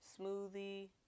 smoothie